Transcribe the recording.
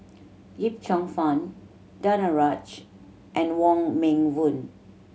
Yip Cheong Fun Danaraj and Wong Meng Voon